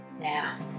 Now